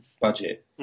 budget